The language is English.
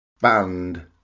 Band